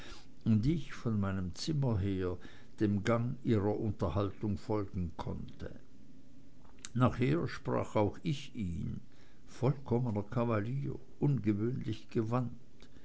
und ich von meinem zimmer her dem gang ihrer unterhaltung folgen konnte nachher sprach auch ich ihn vollkommener kavalier ungewöhnlich gewandt